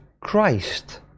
Christ